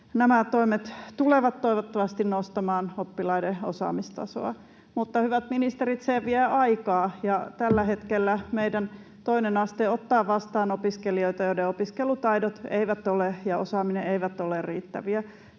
Nämä toimet tulevat toivottavasti nostamaan oppilaiden osaamistasoa. Mutta, hyvät ministerit, se vie aikaa, ja tällä hetkellä meidän toinen aste ottaa vastaan opiskelijoita, joiden opiskelutaidot ja osaaminen eivät ole riittäviä.